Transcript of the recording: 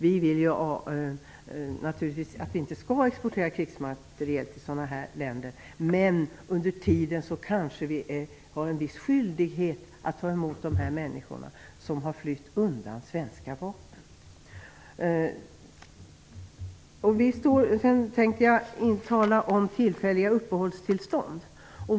Vi vill naturligtvis att Sverige inte skall exportera krigsmateriel till sådana länder, men tills det blir så kanske vi har en viss skyldighet att ta emot dessa människor som har flytt undan svenska vapen. Sedan tänkte jag tala om tillfälliga uppehållstillstånd.